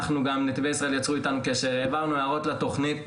נתיבי ישראל יצרו איתנו קשר, העברנו הערות לתכנית.